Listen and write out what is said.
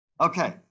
Okay